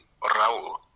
Raul